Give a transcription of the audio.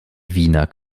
wiener